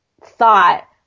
thought